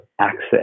access